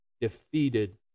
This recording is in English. defeated